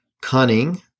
cunning